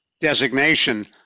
designation